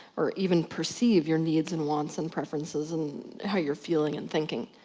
or even perceive your needs and wants and preferences and how you're feeling and thinking.